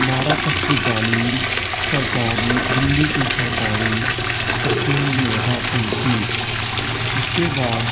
بارہ تک کی تعلیم سرکاری دلی کے سرکاری اسکول میں حاصل کی اس کے بعد